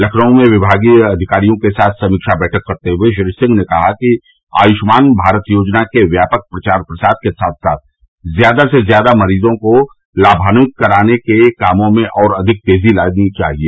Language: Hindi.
लखनऊ में विभागीय अधिकारियों के साथ समीक्षा बैठक करते हुए श्री सिंह ने कहा कि आयुष्मान भारत योजना के व्यापक प्रचार प्रसार के साथ साथ ज्यादा से ज्यादा मरीजों को लाभान्वित कराने के कामों में और अधिक तेजी लॉई जानी चाहिए